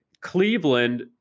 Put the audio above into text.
Cleveland